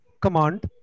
command